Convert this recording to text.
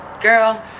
Girl